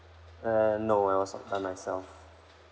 uh no I was by myself